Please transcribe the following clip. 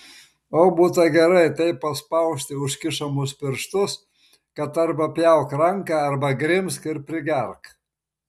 o būtų gerai taip paspausti užkišamus pirštus kad arba pjauk ranką arba grimzk ir prigerk